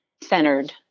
centered